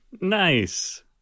Nice